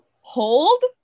Hold